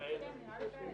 הישיבה ננעלה בשעה